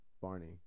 Barney